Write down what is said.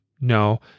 No